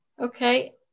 okay